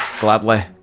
Gladly